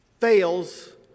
fails